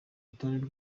rutonde